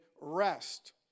rest